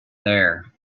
there